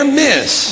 miss